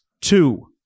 two